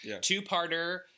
Two-parter